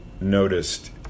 noticed